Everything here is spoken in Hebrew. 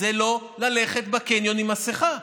זה לא ללכת בקניון עם מסכה,